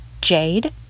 jade